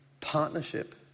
partnership